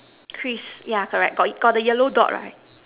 Chris yeah correct got got the yellow dot right